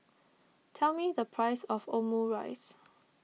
tell me the price of Omurice